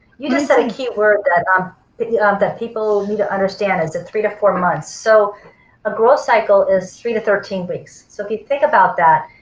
you just said a key word that um yeah that people need to understand is the three to four months. so a growth cycle is three to thirteen weeks. so if you think about that,